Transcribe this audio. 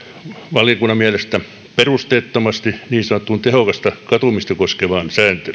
valiokunnan mielestä perusteettomasti niin sanottuun tehokasta katumista koskevaan sääntelyyn